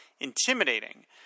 intimidating